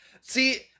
See